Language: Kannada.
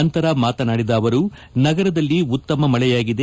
ನಂತರ ಮಾತನಾಡಿದ ಅವರು ನಗರದಲ್ಲಿ ಉತ್ತಮ ಮಳೆಯಾಗಿದೆ